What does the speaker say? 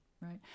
right